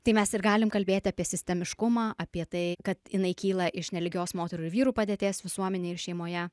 tai mes ir galim kalbėti apie sistemiškumą apie tai kad jinai kyla iš nelygios moterų ir vyrų padėties visuomenėj ir šeimoje